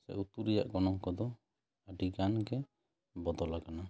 ᱥᱮ ᱩᱛᱩ ᱨᱮᱭᱟᱜ ᱜᱚᱱᱚᱝ ᱠᱚᱫᱚ ᱟᱹᱰᱤ ᱜᱟᱱ ᱜᱮ ᱵᱚᱫᱚᱞ ᱟᱠᱟᱱᱟ